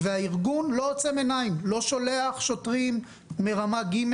הארגון לא עוצם עיניים, לא שולח שוטרים מרמה ג',